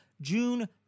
June